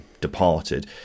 departed